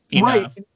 Right